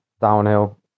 downhill